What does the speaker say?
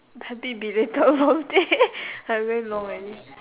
happy belated birthday like very long already